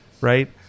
right